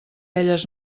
elles